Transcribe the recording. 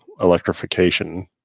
Electrification